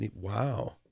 Wow